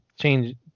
change